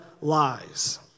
lies